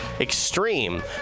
extreme